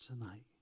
tonight